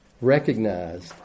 recognized